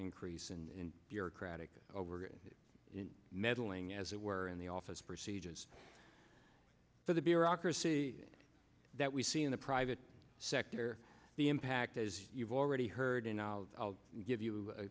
increase in bureaucratic meddling as it were in the office procedures for the bureaucracy that we see in the private sector the impact as you've already heard and i'll give you a